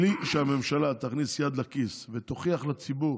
בלי שהממשלה תכניס יד לכיס ותוכיח לציבור